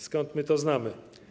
Skąd my to znamy?